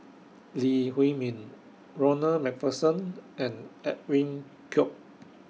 Lee Huei Min Ronald MacPherson and Edwin Koek